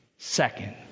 second